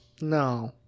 No